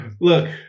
Look